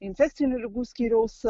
infekcinių ligų skyriaus